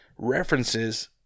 references